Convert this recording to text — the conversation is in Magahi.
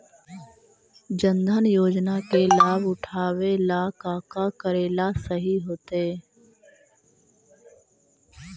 जन धन योजना के लाभ उठावे ला का का करेला सही होतइ?